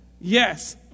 yes